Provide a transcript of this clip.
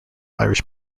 irish